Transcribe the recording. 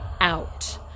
out